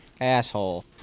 Asshole